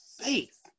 faith